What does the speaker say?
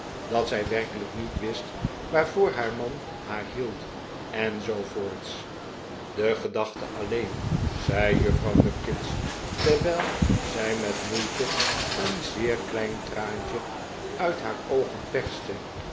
dat zij werkelijk niet wist waarvoor haar man haar hield en zoo voorts de gedachte allee n zei juffrouw nupkins terwijl zij met moeite een zeer klein traantje uit haar oogen perste